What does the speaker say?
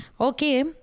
Okay